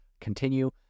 continue